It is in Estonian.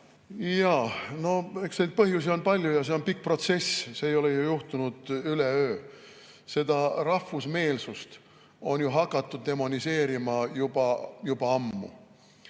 neid põhjusi on palju ja see on pikk protsess, see ei ole juhtunud ju üleöö. Rahvusmeelsust on hakatud demoniseerima juba ammu.